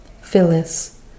Phyllis